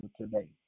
today